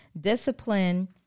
Discipline